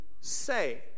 say